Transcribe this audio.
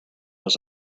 was